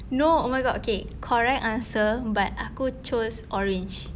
no oh my god okay correct answer but aku chose orange